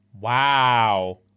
Wow